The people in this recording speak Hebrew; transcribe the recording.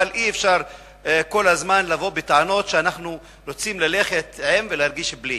אבל אי-אפשר כל הזמן לבוא בטענות שאנחנו רוצים ללכת עם ולהרגיש בלי.